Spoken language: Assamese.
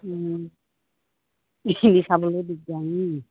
এইখিনি চাবলৈ দিগদাৰ